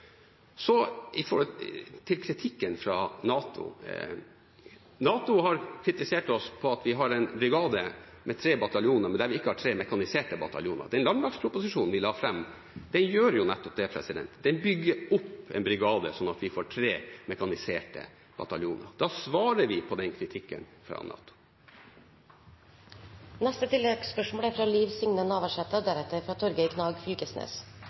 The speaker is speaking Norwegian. Så til kritikken fra NATO: NATO har kritisert oss for at vi har en brigade med tre bataljoner, men der vi ikke har tre mekaniserte bataljoner. Den landmaktproposisjonen vi la fram, gjør nettopp det; den bygger opp en brigade sånn at vi får tre mekaniserte bataljoner. Da svarer vi på den kritikken fra NATO. Liv Signe Navarsete – til oppfølgingsspørsmål. Når eg høyrer statsråden, tenkjer eg at det er